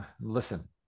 listen